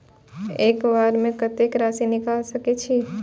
एक बार में कतेक राशि निकाल सकेछी?